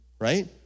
right